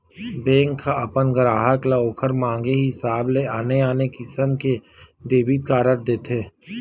bank ह अपन गराहक ल ओखर मांगे हिसाब ले आने आने किसम के डेबिट कारड देथे